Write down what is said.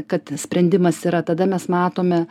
kad sprendimas yra tada mes matome